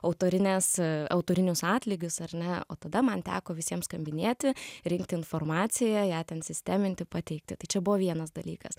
autorines autorinius atlygius ar ne o tada man teko visiems skambinėti rinkti informaciją ją ten sisteminti pateikti tai čia buvo vienas dalykas